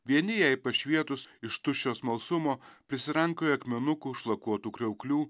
vieni jai pašvietus iš tuščio smalsumo prisirankioja akmenukų šlakuotų kriauklių